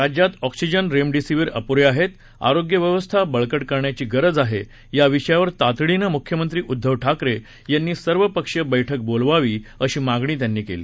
राज्यात oxygen remdesivir अपुरे आहेत आरोग्य व्यवस्था बळकट करण्याची गरज आहे या विषयावर तातडीनं मुख्यमंत्री उद्दव ठाकरे यांनी सर्वपक्षीय बैठक बोलवावी अशी मागणी त्यांनी केली